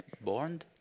born